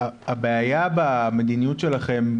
הבעיה במדיניות שלכם,